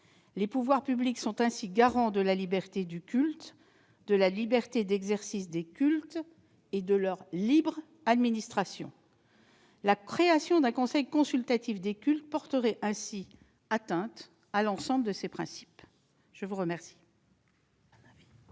Les pouvoirs publics sont ainsi garants de la liberté du culte, de la liberté d'exercice des cultes, et de leur libre administration. La création d'un conseil consultatif des cultes porterait atteinte à l'ensemble de ces principes. C'est pourquoi